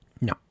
no